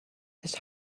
his